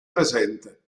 presente